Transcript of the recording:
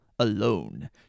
alone